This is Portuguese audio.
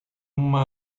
uma